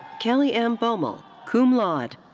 kelly m. boemmel, cum laude.